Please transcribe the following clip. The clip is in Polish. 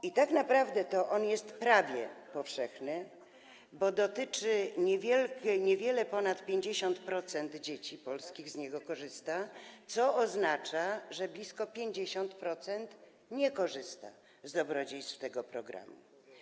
I tak naprawdę to on jest prawie powszechny, bo niewiele ponad 50% dzieci polskich z niego korzysta, co oznacza, że blisko 50% nie korzysta z dobrodziejstw tego programu.